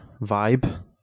vibe